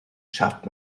schafft